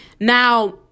Now